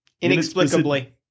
Inexplicably